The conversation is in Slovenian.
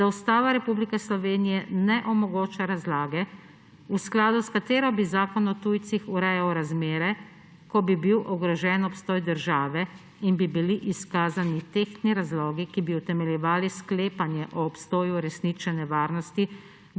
da Ustava Republike Slovenije ne omogoča razlage, v skladu s katero bi Zakon o tujcih urejal razmere, ko bi bil ogrožen obstoj države in bi bili izkazani tehtni razlogi, ki bi utemeljevali sklepanje o obstoju resnične nevarnosti,